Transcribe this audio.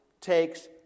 takes